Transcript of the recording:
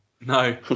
No